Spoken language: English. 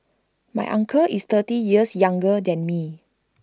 my uncle is thirty years younger than me